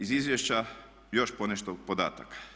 Iz izvješća još ponešto podataka.